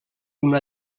una